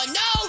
no